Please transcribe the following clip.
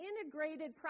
integrated